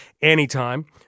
anytime